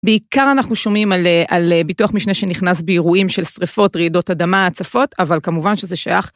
בעיקר אנחנו שומעים על ביטוח משנה שנכנס באירועים של שריפות, רעידות אדמה, הצפות, אבל כמובן שזה שייך...